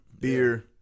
beer